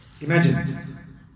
Imagine